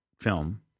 film